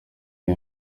iri